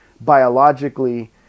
biologically